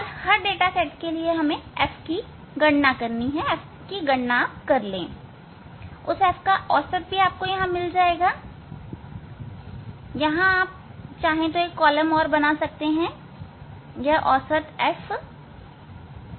हर data set के लिए f की गणना कर ले और फिर इस f का औसत आपको मिलेगा यहाँ एक और कॉलम आप बना सकते हैं यह औसत f है